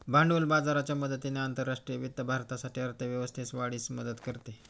भांडवल बाजाराच्या मदतीने आंतरराष्ट्रीय वित्त भारतासाठी अर्थ व्यवस्थेस वाढीस मदत करते